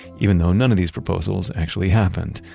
even though none of these proposals actually happened.